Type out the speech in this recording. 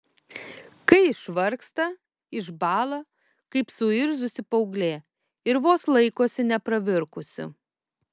kai išvargsta išbąla kaip suirzusi paauglė ir vos laikosi nepravirkusi